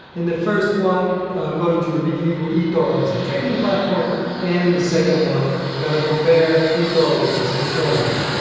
in the first one, i'm going to review etoro as a trading platform and in the second one, i'm gonna compare etoro with its competitor.